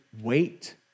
wait